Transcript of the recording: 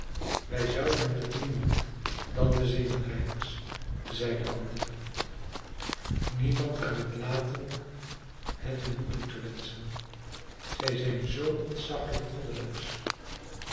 wij zouden het niemand dan de zielendrijvers zeide andy niemand kan het laten het hun toe te wenschen zij zijn zoo ontzaglijk goddeloos